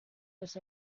was